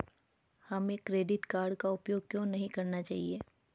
हमें credit card का उपयोग क्यों नहीं करना चाहिए?